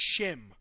shim